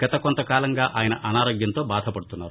గత కొంత కాలంగా ఆయన అనారోగ్యంతో బాధపడుతున్నారు